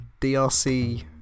DRC